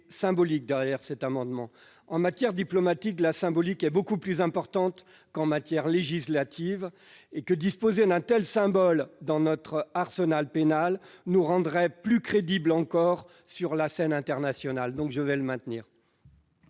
symbolique. En matière diplomatique, la symbolique est beaucoup plus importante qu'en matière législative et disposer d'un tel symbole dans notre arsenal pénal nous rendrait plus crédibles encore sur la scène internationale. Je maintiens